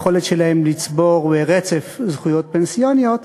ביכולת שלהן לצבור רצף זכויות פנסיוניות.